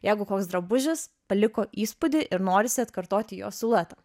jeigu koks drabužis paliko įspūdį ir norisi atkartoti jo siluetą